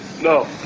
No